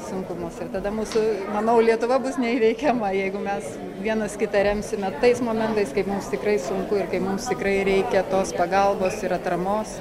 sunkumas ir tada mūsų manau lietuva bus neįveikiama jeigu mes vienas kitą remsime tais momentais kai mums tikrai sunku ir kai mums tikrai reikia tos pagalbos ir atramos